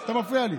אתה מפריע לי.